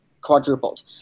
quadrupled